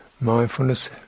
mindfulness